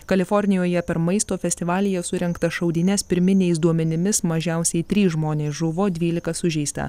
kalifornijoje per maisto festivalyje surengtas šaudynes pirminiais duomenimis mažiausiai trys žmonės žuvo dvylika sužeista